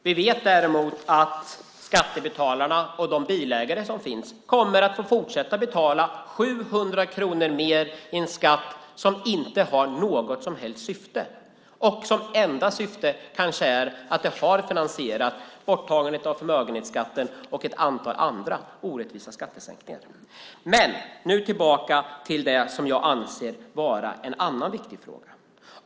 Vi vet däremot att skattebetalarna och de bilägare som finns kommer att få fortsätta att betala 700 kronor mer i en skatt som inte har något annat syfte än att finansiera borttagandet av förmögenhetsskatten och ett antal andra orättvisa skattesänkningar. Låt mig återgå till en annan viktig fråga.